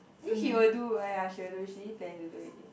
actually she will do ah ya she will she already planning to do already